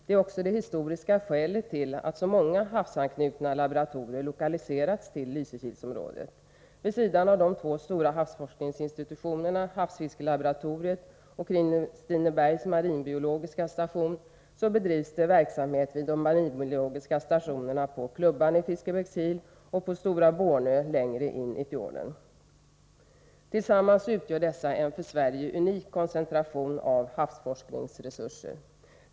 Det är också det historiska skälet till att så många havsanknutna laboratorier lokaliserats till Lysekilsområdet. Vid sidan av de två stora havsforskningsinstitutionerna, havsfiskelaboratoriet och Kristinebergs marinbiologiska station, bedrivs verksamhet vid de marinbiologiska stationerna på Klubban i Fiskebäckskil och på Stora Bornö längre in i fjorden. Tillsammans utgör dessa en för Sverige unik koncentration av havsforskningsresurser.